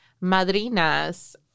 Madrina's